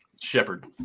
Shepard